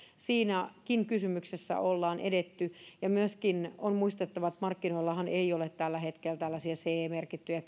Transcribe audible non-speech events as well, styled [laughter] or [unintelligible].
siinäkin kysymyksessä ollaan edetty ja myöskin on muistettava että markkinoillahan ei ole tällä hetkellä tällaisia ce merkittyjä [unintelligible]